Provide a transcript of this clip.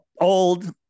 old